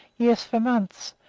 yes, for months,